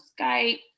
Skype